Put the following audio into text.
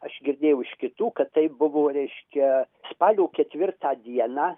aš girdėjau iš kitų kad tai buvo reiškia spalio ketvirtą dieną